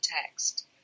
text